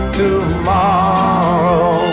tomorrow